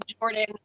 Jordan